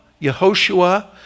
Yehoshua